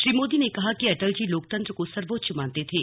श्री मोदी ने कहा कि अटल जी लोकतंत्र को सर्वोच्च मानते थे